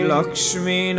Lakshmi